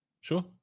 Sure